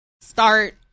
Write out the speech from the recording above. start